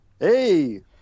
Hey